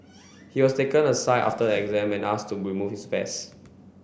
he was taken aside after the exam and asked to remove his vest